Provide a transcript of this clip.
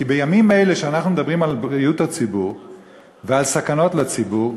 כי בימים אלה שאנחנו מדברים על בריאות הציבור ועל סכנות לציבור,